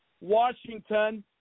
Washington